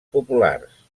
populars